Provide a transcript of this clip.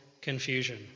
confusion